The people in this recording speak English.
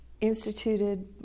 instituted